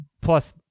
Plus